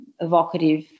evocative